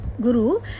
Guru